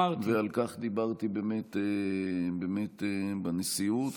על כך דיברתי, הייתי באמת בנשיאות.